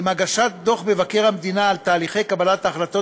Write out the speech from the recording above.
עם הגשת דוח מבקר המדינה על תהליכי קבלת ההחלטות